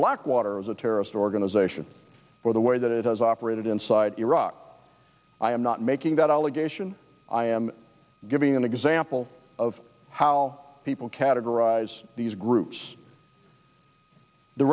blackwater was a terrorist organization by the way that it has operated inside iraq i am not making that allegation i am giving an example of how people categorize these groups the